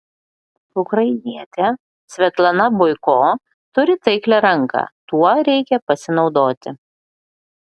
ukrainietė svetlana boiko turi taiklią ranką tuo reikia pasinaudoti